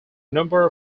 number